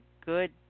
Good